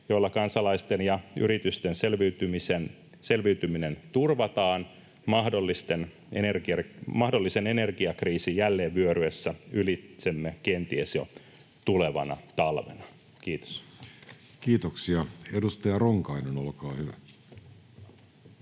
joilla kansalaisten ja yritysten selviytyminen turvataan mahdollisen energia-kriisin jälleen vyöryessä ylitsemme kenties jo tulevana talvena? — Kiitos. Kiitoksia. — Edustaja Ronkainen, olkaa hyvä.